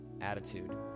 attitude